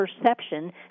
perception